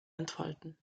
entfalten